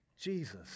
Jesus